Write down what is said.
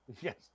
Yes